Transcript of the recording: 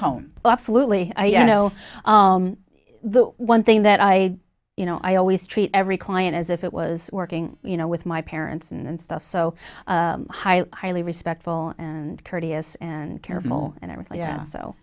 home absolutely you know the one thing that i you know i always treat every client as if it was working you know with my parents and stuff so highly respectful and courteous and careful and everything yeah so